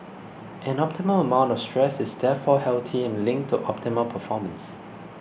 an optimal amount stress is therefore healthy and linked to optimal performance